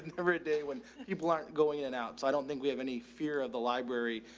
never a day when you but aren't going in and out. so i don't think we have any fear of the library,